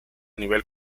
nivel